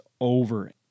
over